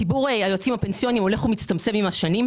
ציבור היועצים הפנסיוניים הולך ומצטמצם עם השנים.